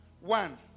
One